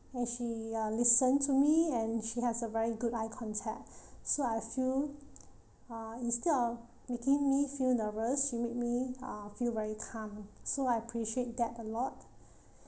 she uh listened to me and she has a very good eye contact so I feel uh instead of making me feel nervous she made me uh feel very calm so I appreciate that a lot